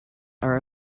are